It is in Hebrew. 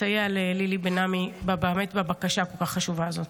ולסייע ללילי בן עמי בבקשה הכל-כך חשובה הזאת.